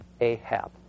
Ahab